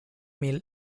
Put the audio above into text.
meal